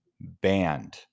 banned